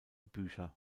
bücher